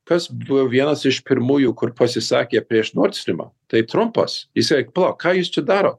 kas buvo vienas iš pirmųjų kur pasisakė prieš nordstimą tai trumpas jisai pala ką jūs čia darot